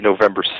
November